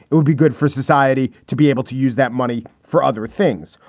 it would be good for society to be able to use that money for other things.